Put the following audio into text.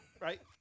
right